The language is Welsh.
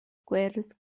gwyrdd